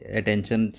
attention